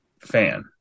fan